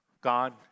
God